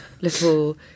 little